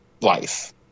life